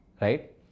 Right